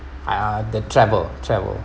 uh the travel travel